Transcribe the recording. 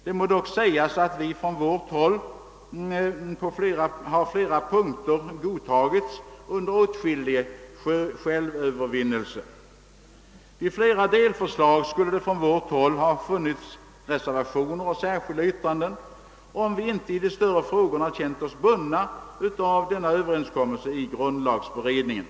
Det må dock sägas, att vi på vårt håll fått godtaga flera punkter under åtskillig självövervinnelse. Beträffande flera delförslag skulle det från vår sida ha funnits reservationer och särskilda yttranden, om vi inte i de större frågorna känt oss bundna av överenskommelsen i grundlagberedningen.